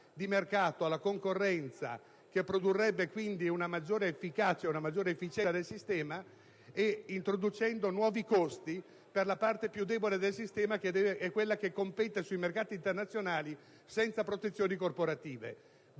di mercato, alla concorrenza, che produrrebbe una maggiore efficacia ed efficienza del sistema, e introducendo nuovi costi per la parte più debole del sistema, che è quella che compete sui mercati internazionali senza protezioni corporative,